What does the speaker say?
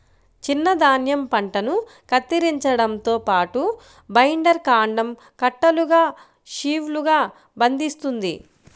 చిన్న ధాన్యం పంటను కత్తిరించడంతో పాటు, బైండర్ కాండం కట్టలుగా షీవ్లుగా బంధిస్తుంది